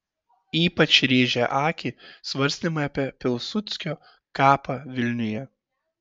ypač rėžia akį svarstymai apie pilsudskio kapą vilniuje